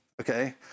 Okay